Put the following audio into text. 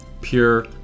pure